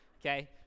Okay